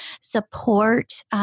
support